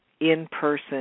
in-person